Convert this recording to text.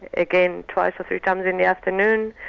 again, twice or three times in the afternoon.